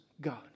God